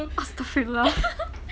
astaghfirullah